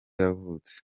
yavutse